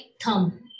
thumb